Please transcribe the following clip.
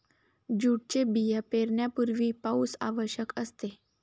जूटचे बिया पेरण्यापूर्वी पाऊस आवश्यक असते